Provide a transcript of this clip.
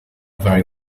very